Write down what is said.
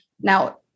Now